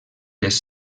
les